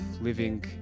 living